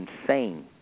insane